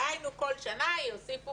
דהיינו כל שנה יוסיפו